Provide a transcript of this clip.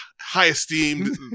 high-esteemed